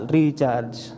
Recharge